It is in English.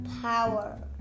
power